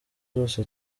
zose